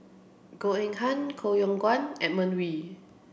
Goh Eng Han Koh Yong Guan and Edmund Wee